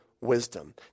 wisdom